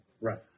Right